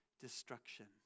destruction